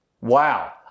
Wow